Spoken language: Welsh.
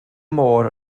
môr